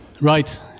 Right